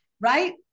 Right